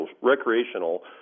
recreational